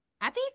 Happy